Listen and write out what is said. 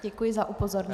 Děkuji za upozornění.